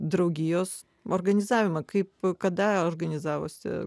draugijos organizavimą kaip kada organizavosi